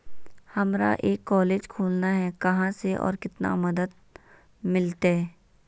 हमरा एक कॉलेज खोलना है, कहा से और कितना मदद मिलतैय?